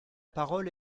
parole